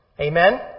Amen